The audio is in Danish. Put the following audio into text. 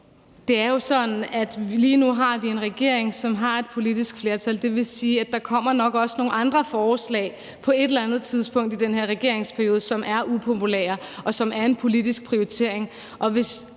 Det er jo sådan, at lige nu har vi en regering, som har et politisk flertal. Det vil sige, at der nok også kommer nogle andre forslag på et eller andet tidspunkt i den her regeringsperiode, som er upopulære, og som er en politisk prioritering.